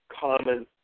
common